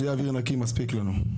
שיהיה אוויר נקי, מספיק לנו.